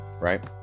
right